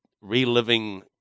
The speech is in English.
reliving